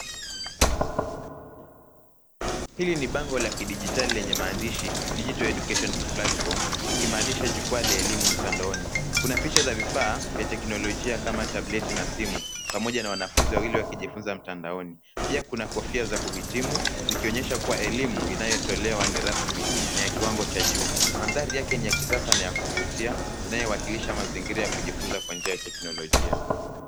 Hili ni bango la kidijitali lenye maandishi digital education platform ikimaanisha jukwaa la elimu mtandaoni ,kuna picha za vifaa vya teknolojia kama tableti na simu pamoja na wanafunzi wawili wakijifunza mtandaoni, pia kuna kofia za kuhitimu zikionyesha kuwa elimu inayotolewa ni rasmi ni ya kiwango cha juu mandhari yake ni ya kisasa ni ya kuvutia inayowakilisha mazingira ya kujifunza kwa njia ya teknolojia.